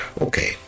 Okay